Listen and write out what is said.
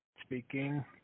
speaking